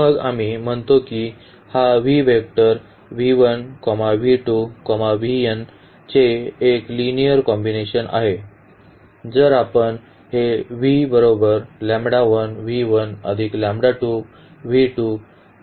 मग आम्ही म्हणतो की हा v वेक्टर चे एक लिनिअर कॉम्बिनेशन आहे